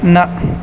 न